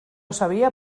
sabia